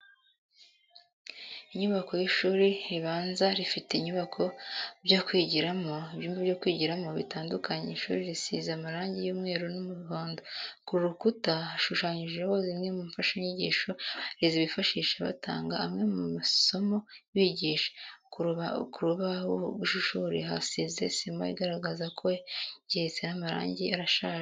Inyubako y'ishuri ribanza rifite ibyumba byo kwigiramo bitandukanye, ishuri risize amarangi y'umweru n'umuhondo, ku rukura hashushanyijeho zimwe mu mfashanyigisho abarezi bifashisha batanga amwe mu masomo bigisha. ku rubaraza rw'ishuri hasize sima igaragara ko yangiritse n'amarangi arashaje.